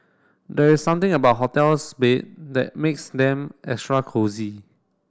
there's something about hotel's bed that makes them extra cosy